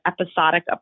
episodic